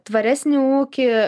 tvaresnį ūkį